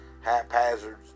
haphazard